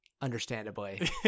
understandably